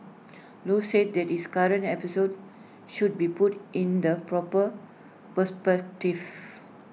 low said that this current episode should be put in the proper perspective